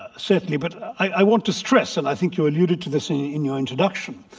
certainly. but i want to stress, and i think you alluded to this in your introduction.